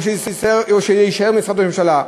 או שזה יישאר במשרד ראש הממשלה.